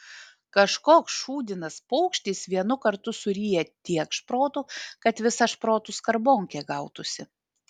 kažkoks šūdinas paukštis vienu kartu suryja tiek šprotų kad visa šprotų skarbonkė gautųsi